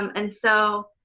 um and so,